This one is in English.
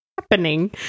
happening